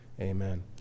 amen